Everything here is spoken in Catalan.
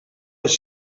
les